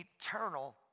eternal